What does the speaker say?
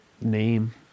name